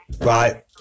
Right